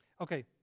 Okay